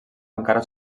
encara